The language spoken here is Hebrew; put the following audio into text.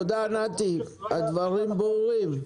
תודה, הדברים ברורים.